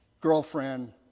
girlfriend